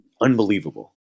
unbelievable